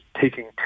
taking